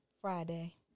Friday